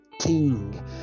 king